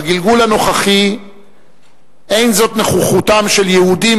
בגלגול הנוכחי אין זו נוכחותם של יהודים